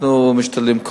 אנחנו משתדלים.